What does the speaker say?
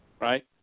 right